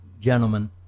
gentlemen